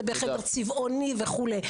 אדוני,